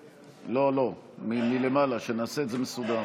לא, לא, מלמעלה, שנעשה את זה מסודר.